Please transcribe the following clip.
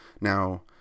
Now